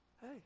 Hey